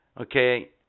okay